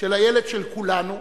של הילד של כולנו,